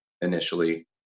initially